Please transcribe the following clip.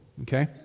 Okay